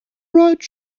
write